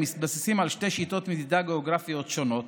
הם מתבססים על שתי שיטות מדידה גיאוגרפיות שונות.